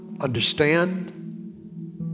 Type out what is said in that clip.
understand